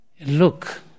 look